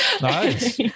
nice